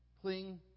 Cling